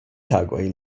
tagoj